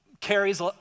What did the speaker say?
carries